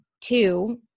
two